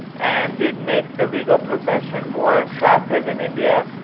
and it makes the legal profession more attractive in india,